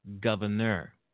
governor